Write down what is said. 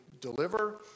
deliver